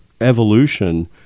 evolution